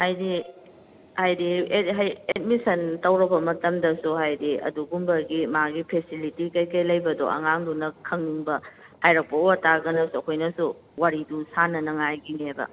ꯍꯥꯏꯗꯤ ꯍꯥꯏꯗꯤ ꯑꯦꯠꯃꯤꯁꯟ ꯇꯧꯔꯕ ꯃꯇꯝꯗꯁꯨ ꯍꯥꯏꯗꯤ ꯑꯗꯨꯒꯨꯝꯕꯒꯤ ꯃꯥꯒꯤ ꯐꯦꯁꯤꯂꯤꯇꯤ ꯀꯩꯀꯩ ꯂꯩꯕꯗꯣ ꯑꯉꯥꯡꯗꯨꯅ ꯈꯪꯅꯤꯡꯕ ꯍꯥꯏꯔꯛꯄ ꯑꯣꯏ ꯇꯥꯔꯒꯁꯨ ꯑꯩꯈꯣꯏꯅꯁꯨ ꯋꯥꯔꯤꯗꯨ ꯁꯥꯅꯅꯉꯥꯏꯒꯤꯅꯦꯕ